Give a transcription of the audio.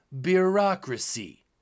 bureaucracy